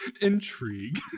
intrigue